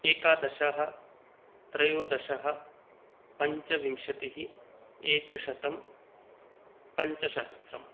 एकादशः त्रयोदशः पञ्चविंशतिः एकशतं पञ्चसहस्रं